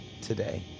today